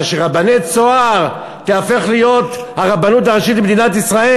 אבל שרבני "צהר" יהפכו להיות הרבנות הראשית למדינת ישראל?